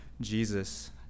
Jesus